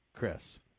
Chris